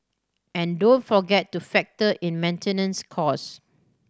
and don't forget to factor in maintenance costs